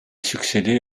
succédé